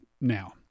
now